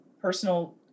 personal